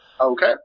okay